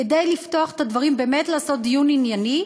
כדי לפתוח את הדברים ולעשות דיון ענייני,